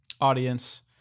audience